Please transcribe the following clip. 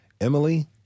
Emily